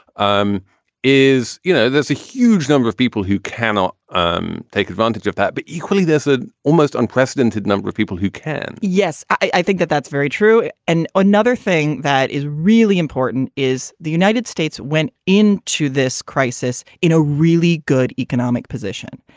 um is. you know, there's a huge number of people who cannot um take advantage of that. but equally, this an ah almost unprecedented number of people who can yes, i think that that's very true. and. another thing that is really important is the united states went in to this crisis in a really good economic position,